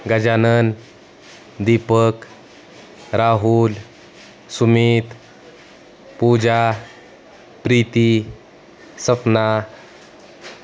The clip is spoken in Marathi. गजानन दीपक राहुल सुमित पूजा प्रीती सपना